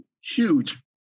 huge